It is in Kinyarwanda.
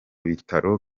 bitaro